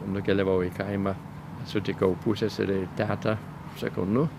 nukeliavau į kaimą sutikau puseserę ir tetą sakau nu